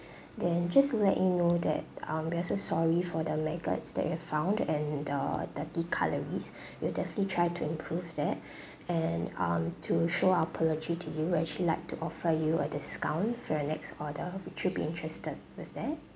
then just to let you know that um we're so sorry for the maggots that you have found and the dirty cutleries we'll definitely try to improve that and um to show our apology to you we'd actually like to offer you a discount for your next order would you be interested with that